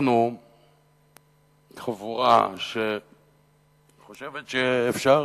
אנחנו חבורה שחושבת שאפשר